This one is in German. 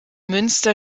münster